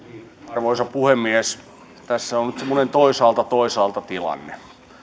arvoisa puhemies tässä on nyt semmoinen toisaalta toisaalta tilanne